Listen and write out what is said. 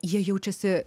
jie jaučiasi